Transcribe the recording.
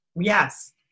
Yes